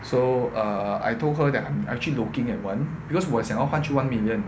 so err I told her that I'm actually looking at one because 我想要还去 one million